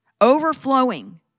overflowing